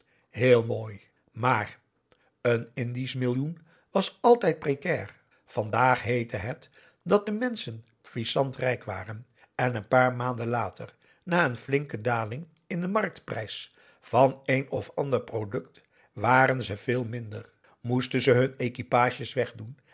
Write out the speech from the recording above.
heel mooi maar een indisch millioen was altijd précair vandaag heette het dat de menschen puissant rijk waren en een paar maanden later na een flinke daling in den marktprijs van een of ander product waren ze veel minder moesten ze hun equipages wegdoen